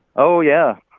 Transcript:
oh yeah.